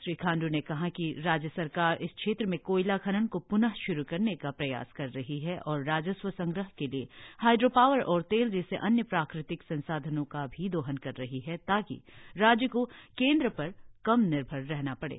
श्री खांडू ने कहा कि राज्य सरकार इस क्षेत्र में कोयला खनन को प्न श्रु करने का प्रयास कर रही है और राजस्व संग्रह के लिए हाईड्रो पावर और तेल जैसे अन्य प्राकृतिक संसाधनों का भी दोहन कर रही है ताकि राज्य को केंद्र पर कम निर्भर रहना पड़े